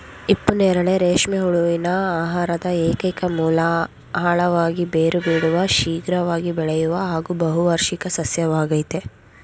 ಹಿಪ್ಪುನೇರಳೆ ರೇಷ್ಮೆ ಹುಳುವಿನ ಆಹಾರದ ಏಕೈಕ ಮೂಲ ಆಳವಾಗಿ ಬೇರು ಬಿಡುವ ಶೀಘ್ರವಾಗಿ ಬೆಳೆಯುವ ಹಾಗೂ ಬಹುವಾರ್ಷಿಕ ಸಸ್ಯವಾಗಯ್ತೆ